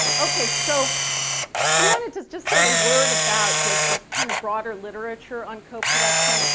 ah okay, so i wanted to just say a word about the kind of broader literature on coproduction.